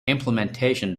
implementation